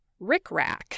rickrack